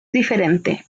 diferente